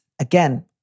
again